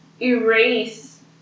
erase